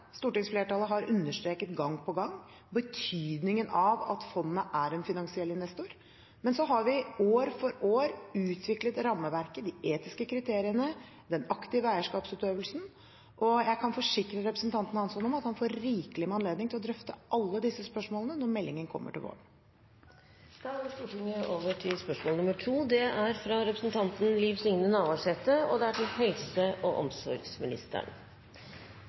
Stortingsflertallet har understreket gang på gang betydningen av at fondet er en finansiell investor. Men så har vi år for år utviklet rammeverket, de etiske kriteriene, den aktive eierskapsutøvelsen, og jeg kan forsikre representanten Hansson om at han får rikelig med anledning til å drøfte alle disse spørsmålene når meldingen kommer til våren. Eg tillèt meg å stille følgjande spørsmål til helse- og omsorgsministeren: «Rjukan Arbeiderblad melder den 29. januar 2015 at anestesitilbodet på Rjukan vert avvikla den 27. mars, og